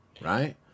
right